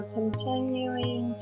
continuing